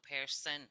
person